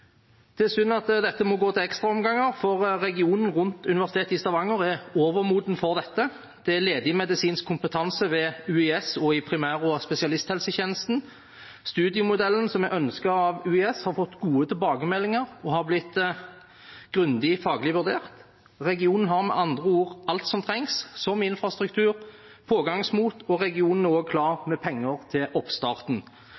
Det er synd at dette må gå til ekstraomganger, for regionen rundt Universitetet i Stavanger er overmoden for dette. Det er ledig medisinsk kompetanse ved UiS og i primær- og spesialisthelsetjenesten. Studiemodellen som er ønsket av UiS, har fått gode tilbakemeldinger og har blitt grundig faglig vurdert. Regionen har med andre ord alt som trengs, som infrastruktur, pågangsmot, og regionen er